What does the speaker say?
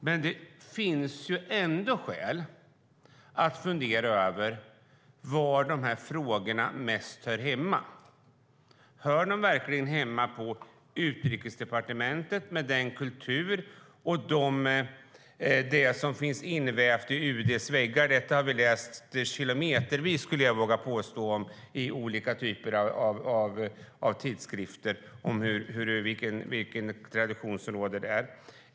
Men det finns ändå skäl att fundera över var de här frågorna mest hör hemma. Hör de verkligen hemma på Utrikesdepartementet, med den kultur som finns invävd i dess väggar? Den tradition som råder där har vi läst kilometervis om, skulle jag vilja påstå, i olika typer av tidskrifter.